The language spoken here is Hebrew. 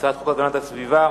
הצעת חוק הגנת הסביבה